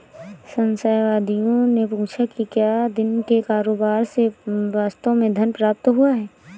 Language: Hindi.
संशयवादियों ने पूछा कि क्या दिन के कारोबार से वास्तव में धन प्राप्त हुआ है